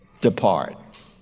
depart